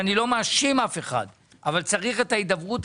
אני לא מאשים אף אחד אבל צריך את ההידברות